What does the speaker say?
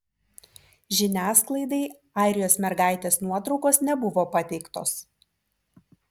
žiniasklaidai airijos mergaitės nuotraukos nebuvo pateiktos